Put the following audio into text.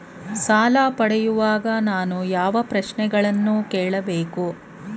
ಸಾಲ ಪಡೆಯುವಾಗ ನಾನು ಯಾವ ಪ್ರಶ್ನೆಗಳನ್ನು ಕೇಳಬೇಕು?